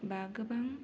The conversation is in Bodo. बा गोबां